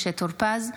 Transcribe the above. משה טור פז,